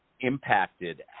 impacted